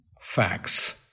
facts